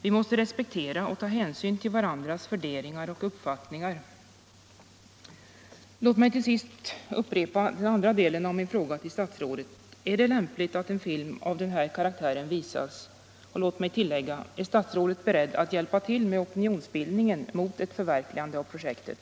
Vi måste respektera och ta hänsyn till varandras värderingar och uppfattningar. Låt mig till sist upprepa den andra delen av min fråga till statsrådet: Är det lämpligt att en film av den här karaktären visas? Och låt mig tillägga: Är statsrådet beredd att hjälpa till med opinionsbildningen mot ett förverkligande av projektet?